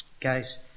guys